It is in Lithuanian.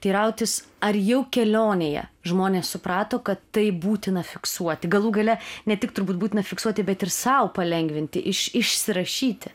teirautis ar jau kelionėje žmonės suprato kad tai būtina fiksuoti galų gale ne tik turbūt būtina fiksuoti bet ir sau palengvinti iš išsirašyti